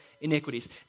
iniquities